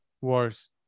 worse